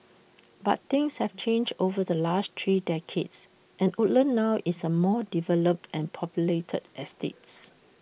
but things have changed over the last three decades and Woodlands now is A more developed and populated estates